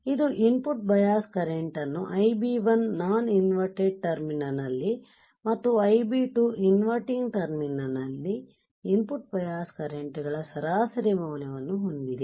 ಇದು input bias current ಅನ್ನು Ib1 non inverted ಟರ್ಮಿನಲ್ನಲ್ಲಿ ಮತ್ತು Ib2 ಇನ್ವರ್ಟಿಂಗ್ ಟರ್ಮಿನಲ್ನಲ್ಲಿ ಇನ್ಪುಟ್ ಬಯಾಸ್ ಕರೆಂಟ್ಗಳ ಸರಾಸರಿ ಮೌಲ್ಯವನ್ನು ಹೊಂದಿದೆ